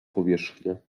powierzchnia